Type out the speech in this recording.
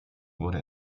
wurde